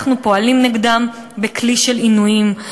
אנחנו פועלים נגדם בכלי של עינויים.